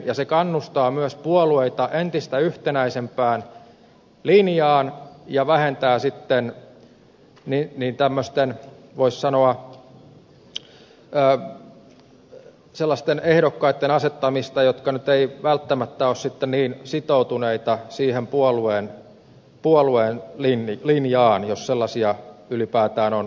ja se kannustaa myös puolueita entistä yhtenäisempään linjaan ja vähentää sitten voisi sanoa sellaisten ehdokkaitten asettamista jotka nyt eivät välttämättä ole niin sitoutuneita siihen puolueen linjaan jos sellaisia ylipäätään on ollut koskaan